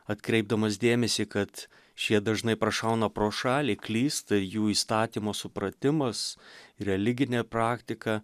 atkreipdamas dėmesį kad šie dažnai prašauna pro šalį klysta ir jų įstatymo supratimas religinė praktika